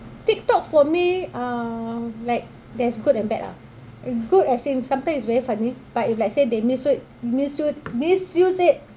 tiktok for me um like there's good and bad lah good as in sometimes it's very funny but if let's say they misu~ misu~ misuse it